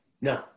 No